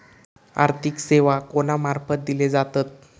आर्थिक सेवा कोणा मार्फत दिले जातत?